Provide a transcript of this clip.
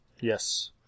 Yes